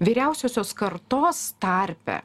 vyriausiosios kartos tarpe